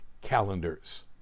calendars